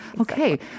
Okay